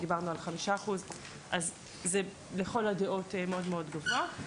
דיברנו על 5%. זה לכל הדעות מאוד מאוד גבוה.